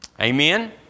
Amen